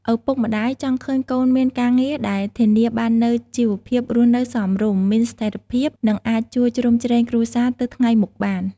ឪពុកម្ដាយចង់ឃើញកូនមាន ការងារដែលធានាបាននូវជីវភាពរស់នៅសមរម្យ មានស្ថិរភាព និងអាចជួយជ្រោមជ្រែងគ្រួសារទៅថ្ងៃមុខបាន។